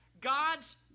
God's